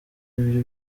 ibyo